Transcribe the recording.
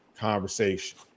conversation